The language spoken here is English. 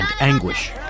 anguish